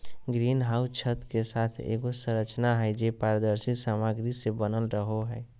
green house छत के साथ एगो संरचना हइ, जे पारदर्शी सामग्री से बनल रहो हइ